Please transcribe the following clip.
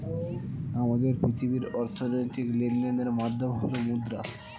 আমাদের পৃথিবীর অর্থনৈতিক লেনদেনের মাধ্যম হল মুদ্রা